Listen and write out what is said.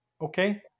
okay